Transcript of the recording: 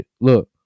look